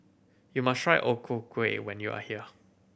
you must try O Ku Kueh when you are here